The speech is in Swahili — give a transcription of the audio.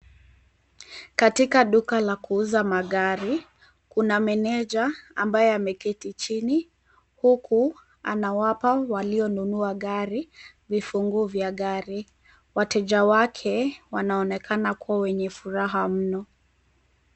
Katika duka la kuuza magari kuna maneja ambaye ameketi chini huku anawapa waliyonunua gari vifunguu vya gari. Wateja wake wanaonekana kua wenye furaha mno.